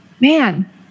man